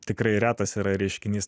tikrai retas yra reiškinys